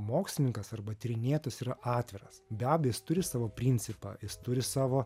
mokslininkas arba tyrinėtojas yra atviras be abejo jis turi savo principą jis turi savo